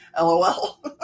LOL